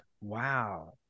Wow